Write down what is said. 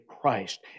Christ